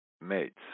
mates